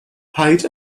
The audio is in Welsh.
paid